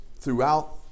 throughout